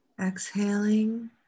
exhaling